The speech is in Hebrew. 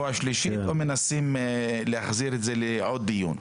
השלישית או מנסים להחזיר את זה לעוד דיון.